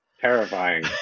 terrifying